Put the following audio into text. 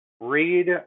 Read